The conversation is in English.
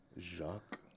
Jacques